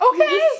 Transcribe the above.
Okay